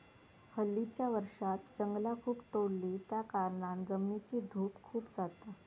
हल्लीच्या वर्षांत जंगला खूप तोडली त्याकारणान जमिनीची धूप खूप जाता